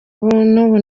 n’ubu